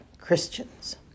Christians